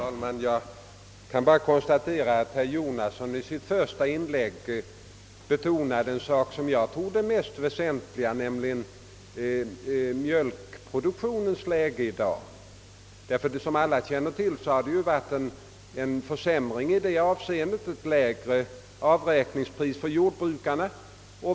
Herr talman! Jag kan bara konstatera att herr Jonasson i sitt första inlägg betonade en sak som jag tror hör till det mest väsentliga, nämligen mjölkproduktionens ekonomiska läge i dag. Som alla känner till har det varit en försämring i det avseendet främst i form av ett lägre avräkningspris för jordbrukarna.